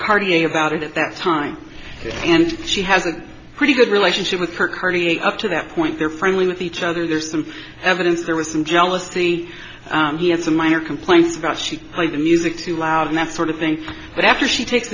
cardie about it at that time and she has a pretty good relationship with her party up to that point they're friendly with each other there's some evidence there was some jealousy he had some minor complaints about she played the music too loud and that sort of thing but after she takes